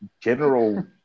general